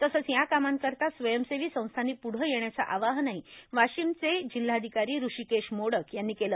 तसंच या कामांकारता स्वयंसेवी संस्थांनी प्रढं येण्याचं आवाहनही वार्गाशमचे जिल्हाधिकारी हृषीकेश मोडक यांनी केलं